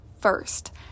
first